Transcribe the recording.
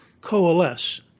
coalesce